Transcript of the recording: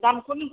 दामखौनो